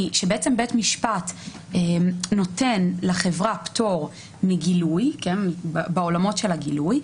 שבעצם בית-משפט נותן לחברה פטור מגילוי בעולמות של הגילוי,